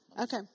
Okay